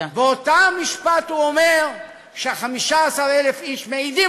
באותו משפט הוא אומר ש-15,000 איש מעידים